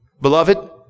Beloved